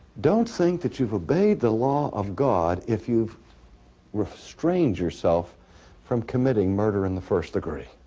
don't think that you've obeyed the law of god if you've restrained yourself from committing murder in the first degree